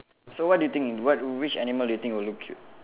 so what do you think what which animal do you think will look cute